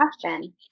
question